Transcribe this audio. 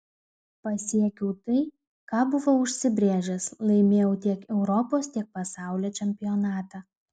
pasiekiau tai ką buvau užsibrėžęs laimėjau tiek europos tiek pasaulio čempionatą